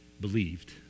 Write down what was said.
believed